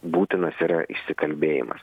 būtinas yra išsikalbėjimas